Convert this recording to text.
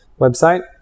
website